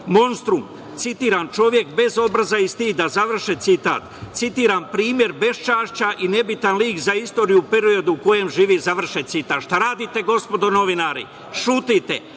monstrum, citiram, čovek bez obraza i stida, završen citatat. Citiram - primer beščašća i nebitan lik za istoriju u periodu u kojem živi, završen citat. Šta radite gospodo novinari? Ćutite.